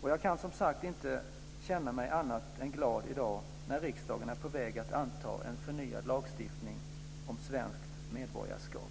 och jag kan som sagt inte känna mig annat än glad i dag när riksdagen är på väg att anta en förnyad lagstiftning om svenskt medborgarskap.